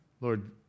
Lord